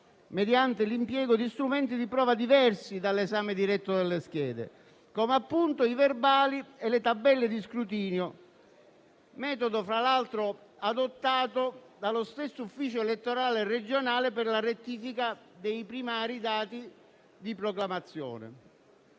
mediante l'impiego di strumenti di prova diversi dall'esame diretto delle schede", come appunto verbali e tabelle di scrutinio, metodo fra l'altro che è stato adottato dallo stesso Ufficio elettorale regionale per la rettifica dei dati di proclamazione;